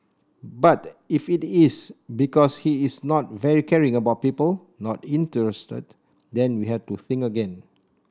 but if it is because he is not very caring about people not interested then we have to think again